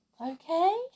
okay